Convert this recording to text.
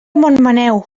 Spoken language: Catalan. montmaneu